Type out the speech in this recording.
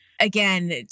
Again